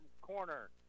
corner